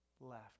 left